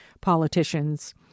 politicians